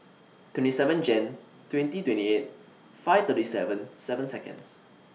twenty seven Jan twenty twenty eight five thirty seven seven Seconds